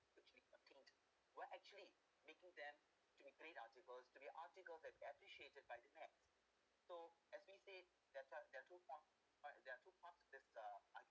were actually making them to be play the articles to be articles that appreciated by the mass so as we said there there are two points there are two point of this uh article